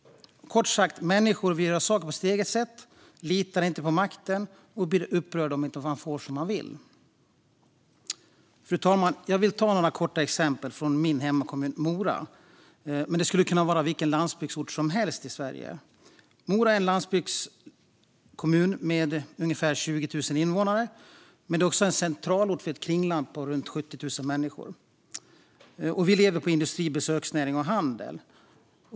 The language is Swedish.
Kort sagt: Människor vill göra saker på sitt eget sätt, litar inte på makten och blir upprörda om de inte får som de vill. Fru talman! Jag vill ta några korta exempel från min hemmakommun Mora, men det skulle kunna vara vilken landsbygdsort som helst i Sverige. Mora är en landsbygdskommun med ungefär 20 000 invånare, men det är också en centralort för ett kringland med runt 70 000 människor. Vi lever på industri, besöksnäring och handel.